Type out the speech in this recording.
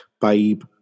Babe